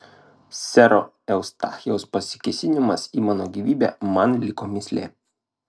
sero eustachijaus pasikėsinimas į mano gyvybę man liko mįslė